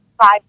five